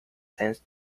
sense